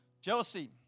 Jealousy